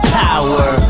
power